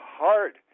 hard